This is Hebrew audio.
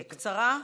קצרה?